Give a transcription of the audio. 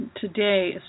today